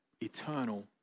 eternal